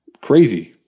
Crazy